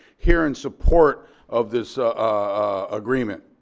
here in support of this agreement,